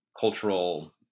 cultural